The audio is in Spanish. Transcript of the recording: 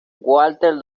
walter